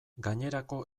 gainerako